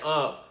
up